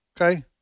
Okay